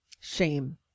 Shame